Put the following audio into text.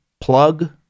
plug